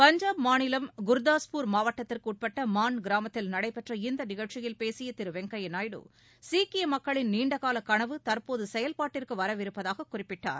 பஞ்சாப் மாநிலம் குர்தாஸ்பூர் மாவட்டத்திற்குட்பட்ட மான் கிராமத்தில் நடைபெற்ற இந்த நிகழ்ச்சியில் பேசிய திரு வெங்கையா நாயுடு சீக்கிய மக்களின் நீண்டகால களவு தற்போது செயல்பாட்டிற்கு வரவிருப்பதாக குறிப்பிட்டார்